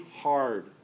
hard